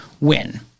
win